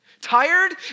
Tired